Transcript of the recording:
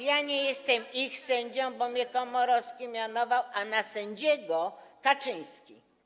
Ja nie jestem ich sędzią, bo mnie Komorowski mianował, a na sędziego - Kaczyński.